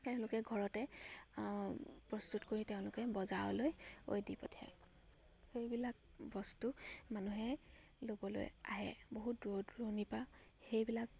তেওঁলোকে ঘৰতে প্ৰস্তুত কৰি তেওঁলোকে বজাৰলৈ গৈ দি পঠিয়ায় সেইবিলাক বস্তু মানুহে ল'বলৈ আহে বহুত দূৰ দূৰণি পা সেইবিলাক